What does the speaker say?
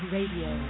Radio